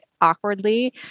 awkwardly